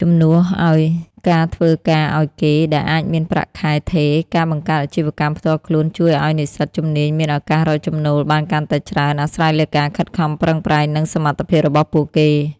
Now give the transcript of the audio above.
ជំនួសឱ្យការធ្វើការឱ្យគេ ដែលអាចមានប្រាក់ខែថេរ ការបង្កើតអាជីវកម្មផ្ទាល់ខ្លួនជួយឱ្យនិស្សិតជំនាញមានឱកាសរកចំណូលបានកាន់តែច្រើន អាស្រ័យលើការខិតខំប្រឹងប្រែង និងសមត្ថភាពរបស់ពួកគេ។